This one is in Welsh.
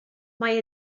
mae